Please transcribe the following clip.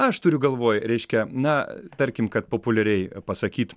aš turiu galvoj reiškia na tarkim kad populiariai pasakyt